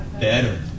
Better